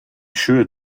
sure